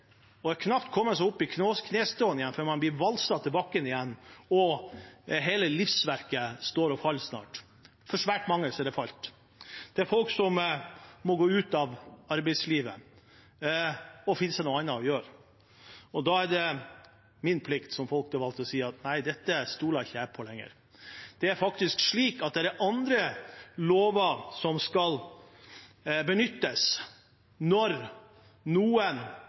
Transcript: og knapt har kommet seg opp i knestående før man blir valset til bakken igjen. Hele livsverket står og faller snart på dette. For svært mange er det falt. Det er folk som må gå ut av arbeidslivet og finne seg noe annet å gjøre, og da er det min plikt som folkevalgt å si: Nei, dette stoler jeg ikke på lenger. Det er faktisk slik at det er andre lover som skal benyttes når noen